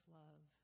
love